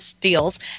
deals